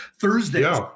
Thursday